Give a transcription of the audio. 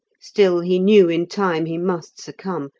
still he knew in time he must succumb,